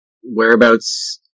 whereabouts